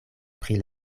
pri